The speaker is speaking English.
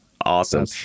awesome